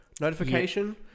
notification